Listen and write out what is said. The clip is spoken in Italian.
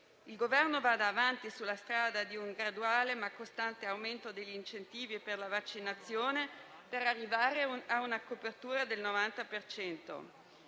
Il Governo vada avanti sulla strada di un graduale ma costante aumento degli incentivi per la vaccinazione per arrivare a una copertura del 90